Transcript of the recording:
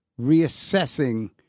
reassessing